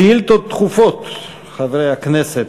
שאילתות דחופות, חברי הכנסת.